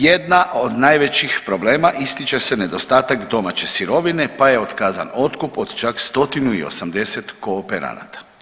Jedna od najvećih problema ističe se nedostatak domaće sirovine pa je otkazan otkup od čak 180 kooperanata.